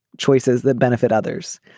choices that benefit others.